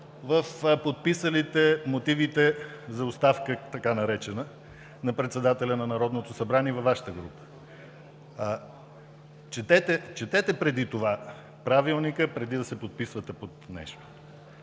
в подписалите мотивите за оставка, така наречената „оставка“ на председателя на Народното събрание във Вашата група. Четете Правилника, преди да се подписвате под нещо.